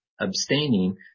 abstaining